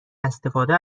استفاده